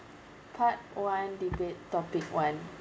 part one debate topic one